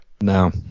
no